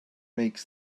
makes